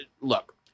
look